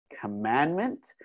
commandment